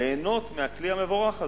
ליהנות מהכלי המבורך הזה.